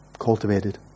cultivated